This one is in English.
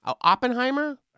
Oppenheimer